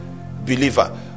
believer